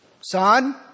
son